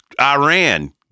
Iran